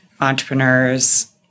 entrepreneurs